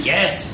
Yes